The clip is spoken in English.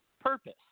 purpose